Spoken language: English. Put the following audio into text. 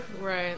Right